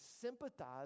sympathize